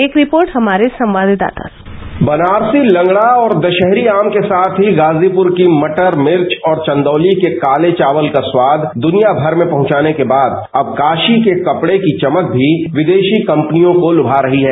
एक रिपोर्ट हमारे संवाददाता की बनारसी लंगढ़ा और दशहरी आम के साथ ही गाजीपुर की मटर मिर्च और चंदौती के काले चावत का स्वाद दुनियामर में पहुंचाने के बाद अब कासी के कपड़े की चमक भी विदेशी कपनियों को लुमा रही है